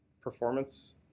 performance